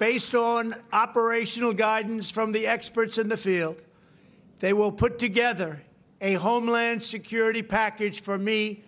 based on operational guidance from the experts in the field they will put together a homeland security package for me